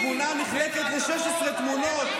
התמונה נחלקת ל-16 תמונות: